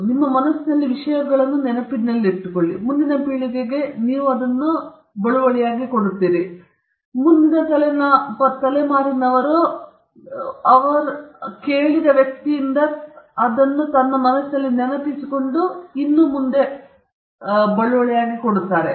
ನಿಮ್ಮ ಮನಸ್ಸಿನಲ್ಲಿ ವಿಷಯಗಳನ್ನು ನೆನಪಿನಲ್ಲಿಟ್ಟುಕೊಳ್ಳಿ ಮತ್ತು ಮುಂದಿನ ಪೀಳಿಗೆಗೆ ನೀವು ಹಾದುಹೋಗುತ್ತೀರಿ ಮತ್ತು ಮುಂದಿನ ತಲೆಮಾರಿನವರು ಅಥವಾ ಅವನು ಅಥವಾ ಅವಳಿಂದ ಕೇಳಿದ ವ್ಯಕ್ತಿಯು ತನ್ನ ಮನಸ್ಸಿನಲ್ಲಿ ಅದನ್ನು ನೆನಪಿಸಿಕೊಳ್ಳುತ್ತಾನೆ ಮತ್ತು ಅದನ್ನು ಹಾದು ಹೋಗುತ್ತಾನೆ